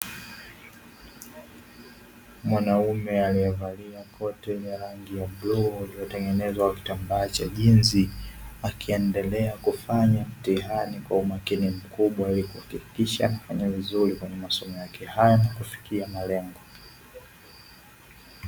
Mwanaume aliyevalia koti yenye rangi ya bluu iliyotengenezwa kitambaa cha jinzi, akiendelea kufanya mtihani kwa umakini mkubwa ili kuhakikisha anafanya vizuri kwenye masomo yake haya na kufikia malengo.